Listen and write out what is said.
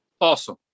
awesome